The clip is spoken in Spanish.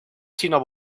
sino